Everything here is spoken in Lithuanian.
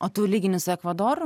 o tu lygini su ekvadoru